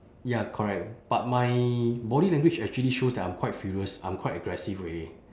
ya correct but my body language actually shows that I'm quite furious I'm quite aggressive already